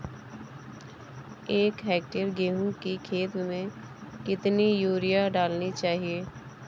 एक हेक्टेयर गेहूँ की खेत में कितनी यूरिया डालनी चाहिए?